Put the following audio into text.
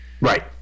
right